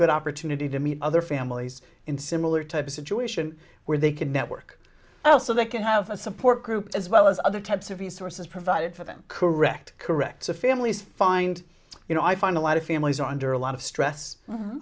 good opportunity to meet other families in similar type of situation where they could network well so they can have a support group as well as other types of resources provided for them correct correct so families find you know i find a lot of families are under a lot of stress